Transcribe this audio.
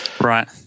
Right